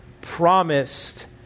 promised